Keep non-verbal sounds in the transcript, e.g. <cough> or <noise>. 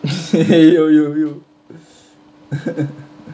<laughs> yo yo yo